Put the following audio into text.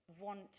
want